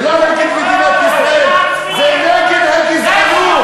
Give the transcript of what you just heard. זה לא נגד מדינת ישראל, זה נגד הגזענות.